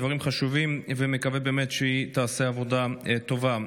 דברים חשובים, ומקווה באמת שהיא תעשה עבודה טובה.